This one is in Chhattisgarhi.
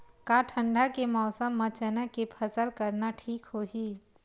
का ठंडा के मौसम म चना के फसल करना ठीक होही?